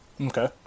Okay